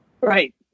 Right